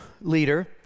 leader